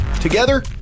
Together